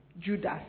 Judas